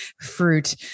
fruit